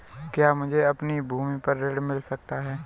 क्या मुझे अपनी भूमि पर ऋण मिल सकता है?